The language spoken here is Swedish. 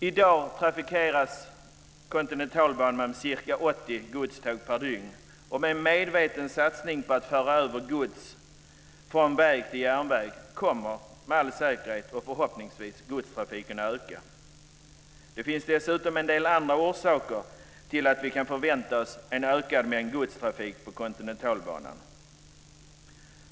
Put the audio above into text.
I dag trafikerar ca 80 godståg per dygn Kontinentalbanan. Med en medveten satsning på att föra över gods från väg till järnväg kommer med all säkerhet - och förhoppningsvis - godstrafiken att öka. Det finns dessutom en del andra orsaker till att vi kan förvänta oss en ökad mängd godstrafik på Kontinentalbanan.